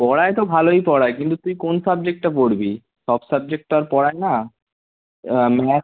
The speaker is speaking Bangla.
পড়ায় তো ভালোই পড়ায় কিন্তু তুই কোন সাবজেক্টটা পড়বি সব সাবজেক্ট তো আর পড়ায় না ও আমি হ্যাঁ